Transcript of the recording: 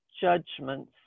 judgments